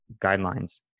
guidelines